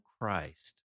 Christ